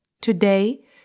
Today